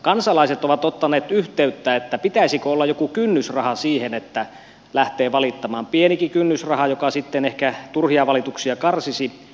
kansalaiset ovat ottaneet yhteyttä että pitäisikö olla joku kynnysraha siihen että lähtee valittamaan pienikin kynnysraha joka sitten ehkä turhia valituksia karsisi